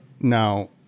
now